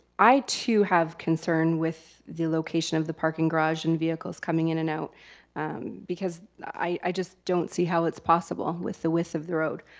i too have concern with the location of the parking garage and vehicles coming in and out because i just don't see how it's possible with the width of the road.